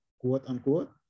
quote-unquote